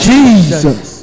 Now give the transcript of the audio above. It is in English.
Jesus